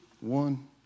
one